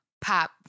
pop